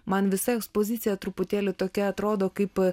man visa ekspozicija truputėlį tokia atrodo kaip